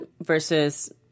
versus